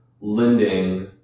lending